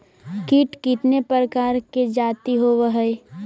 कीट कीतने प्रकार के जाती होबहय?